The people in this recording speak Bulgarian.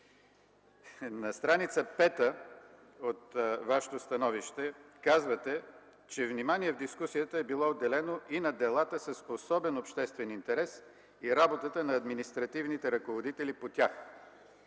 На стр. 5 от вашето становище, казвате, че внимание в дискусията е било отделено и на делата с особен обществен интерес и работата на административните ръководители по тях.